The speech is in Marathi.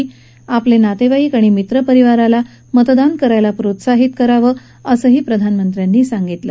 मतदारांनी आपले नातेवाईक आणि मित्र परिवाराला मतदान करण्यास प्रोत्साहित करावं असंही प्रधानमंत्र्यांनी सांगितलं